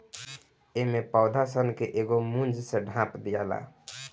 एमे पौधा सन के एगो मूंज से ढाप दियाला